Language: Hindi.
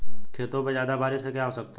खेतों पे ज्यादा बारिश से क्या हो सकता है?